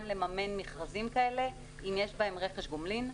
לממן מכרזים כאלה אם יש בהם רכש גומלין.